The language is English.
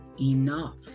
enough